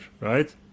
right